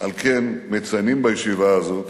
על כן, מציינים בישיבה הזאת